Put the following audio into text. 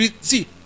see